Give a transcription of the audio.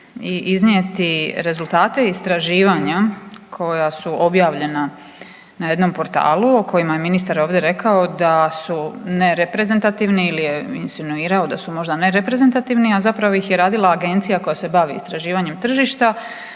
i iznijeti rezultate istraživanja koja su objavljena na jednom portalu o kojima je ministar ovdje rekao da su nereprezentativni ili je insinuirao da su možda nereprezentativni, a zapravo ih je radila Agencija koja se bavi istraživanjem tržišta